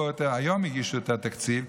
היום הגישו את התקציב,